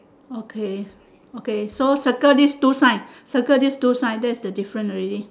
okay okay so settle this two sign settle this two sign that's the different already